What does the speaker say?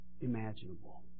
imaginable